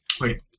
Wait